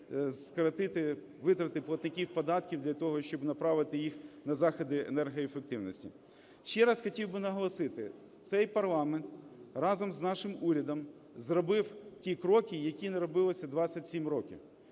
скоротити витрати по таких податках для того, щоб направити їх на заходи енергоефективності. Ще раз хотів би наголосити, цей парламент разом з нашим урядом зробив ті кроки, які не робилися 27 років.